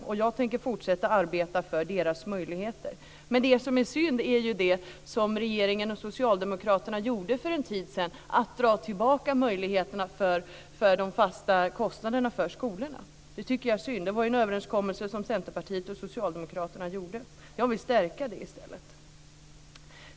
Och jag tänker fortsätta att arbeta för deras möjligheter. Men det som är synd är det som regeringen och Socialdemokraterna gjorde för en tid sedan, nämligen att dra tillbaka möjligheterna för de fasta kostnaderna för skolorna. Det tycker jag är synd. Det var ju en överenskommelse som Centerpartiet och Socialdemokraterna gjorde. Jag vill stärka det i stället.